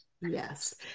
Yes